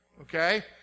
Okay